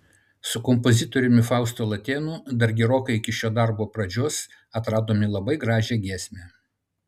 su kompozitoriumi faustu latėnu dar gerokai iki šio darbo pradžios atradome labai gražią giesmę